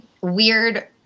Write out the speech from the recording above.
weird